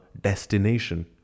destination